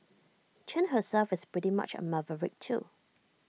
Chen herself is pretty much A maverick too